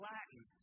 Latin